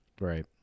Right